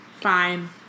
Fine